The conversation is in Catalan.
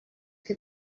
que